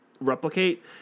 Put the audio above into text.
replicate